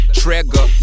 trigger